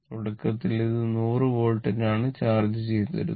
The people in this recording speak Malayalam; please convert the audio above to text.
തുടക്കത്തിൽ ഇത് 100 വോൾട്ടിലാണ് ചാർജ് ചെയ്തിരുന്നത്